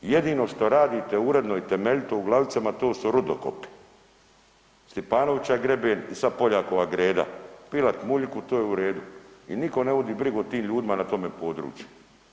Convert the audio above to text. Jedino što radite uredno i temeljito u Glavica to su rudokopi, Stipanovića greben i sad Poljakova greda, pilat muljiku to je u redu i nitko ne vodi brigu o tim ljudima na tome području.